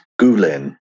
Gulen